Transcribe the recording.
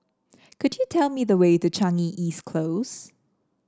could you tell me the way to Changi East Close